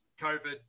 covid